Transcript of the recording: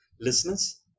listeners